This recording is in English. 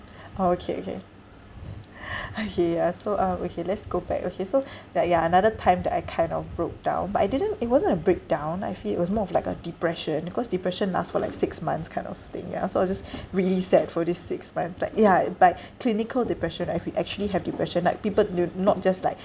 orh okay okay okay ya so uh okay let's go back okay so like ya another time that I kind of broke down but I didn't it wasn't a breakdown I feel it was more of like a depression cause depression last for like six months kind of thing ya so I was just really sad for these six months like ya by clinical depression ah if we actually have depression like people knew not just like